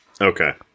Okay